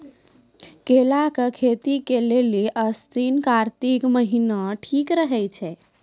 केला के खेती के लेली आसिन कातिक महीना ठीक रहै छै